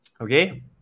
Okay